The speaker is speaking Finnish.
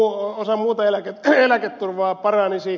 osa muuta eläketurvaa paranisi